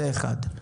זה אחת.